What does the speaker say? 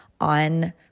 on